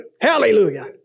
Hallelujah